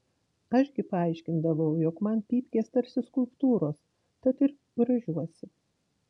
aš gi paaiškindavau jog man pypkės tarsi skulptūros tad ir grožiuosi